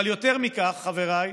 אבל יותר מכך, חבריי,